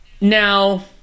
Now